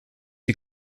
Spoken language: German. die